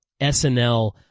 SNL